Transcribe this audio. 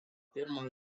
pirmąjį